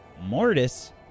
Mortis